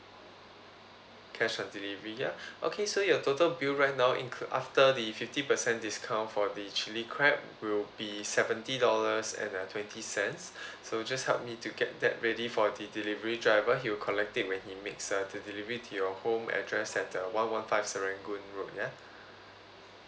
cash on delivery ya okay so your total bill right now incl~ after the fifty percent discount for the chilli crab will be seventy dollars and uh twenty cents so just help me to get that ready for the delivery driver he will collect it when he makes uh the delivery to your home address at the one one five serangoon road ya